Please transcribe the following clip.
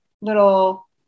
little